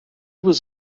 was